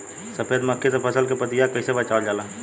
सफेद मक्खी से फसल के पतिया के कइसे बचावल जाला?